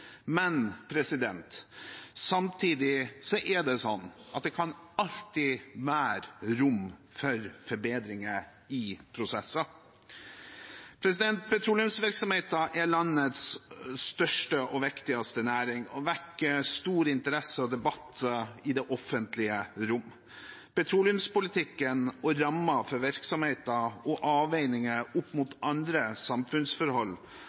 men samtidig er det sånn at det alltid kan være rom for forbedringer i prosesser. Petroleumsvirksomheten er landets største og viktigste næring og vekker stor interesse og debatt i det offentlige rom. Petroleumspolitikken og rammer for virksomheten og avveininger opp mot andre samfunnsforhold